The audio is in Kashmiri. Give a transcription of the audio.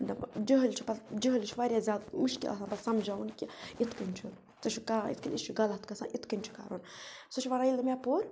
جٲلۍ چھُ پَتہٕ جٲلِس چھُ واریاہ زیادٕ مُشکِل آسان پَتہٕ سَمجاوُن کہِ یِتھ کٔنۍ چھُ سُہ چھُ کانٛہہ یِتھ کٔنۍ یہِ چھُ غلط گژھان اِتھ کٔنۍ چھُ کَرُن سُہ چھُ وَنان ییٚلہِ نہٕ مےٚ پوٚر